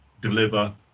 deliver